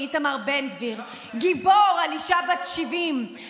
להיות שומרי חוק, מותר להיות שומרי חוק.